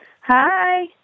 Hi